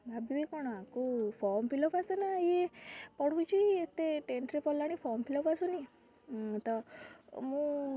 ଭାବିବେ କ'ଣ ଆକୁ ଫର୍ମ ଫିଲ୍ଅପ୍ ଆସେନା ଇଏ ପଢ଼ୁଛି ଏତେ ଟେନ୍ଥରେ ପଢ଼ିଲାଣି ଫର୍ମ ଫିଲ୍ଅପ୍ ଆସୁନି ତ ମୁଁ